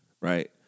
right